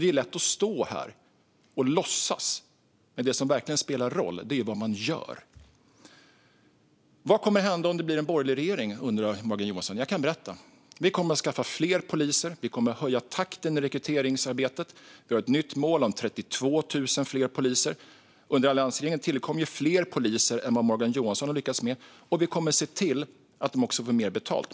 Det är lätt att stå här och låtsas, men det som verkligen spelar roll är vad man gör. Vad kommer att hända om det blir en borgerlig regering, undrar Morgan Johansson. Det kan jag berätta. Vi kommer att skaffa fler poliser, vi kommer att höja takten i rekryteringsarbetet och vi har ett nytt mål om 32 000 fler poliser. Under alliansregeringen tillkom fler poliser än vad Morgan Johansson har lyckats få fram. Vi kommer också se till att poliser får mer betalt.